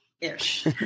ish